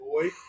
boy